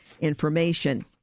information